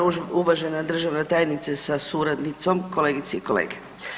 Uvažena državna tajnice sa suradnicom, kolegice i kolege.